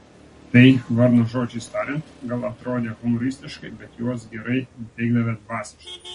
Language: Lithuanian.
tai varno žodžiais tariant gal atrodę humoristiškai bet juos gerai nuteikdavę dvasiškai